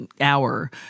hour